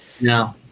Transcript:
No